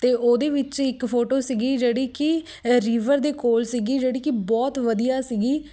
ਅਤੇ ਉਹਦੇ ਵਿੱਚ ਇੱਕ ਫੋਟੋ ਸੀਗੀ ਜਿਹੜੀ ਕਿ ਰੀਵਰ ਦੇ ਕੋਲ ਸੀਗੀ ਜਿਹੜੀ ਕਿ ਬਹੁਤ ਵਧੀਆ ਸੀਗੀ